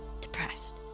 depressed